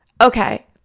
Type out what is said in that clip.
Okay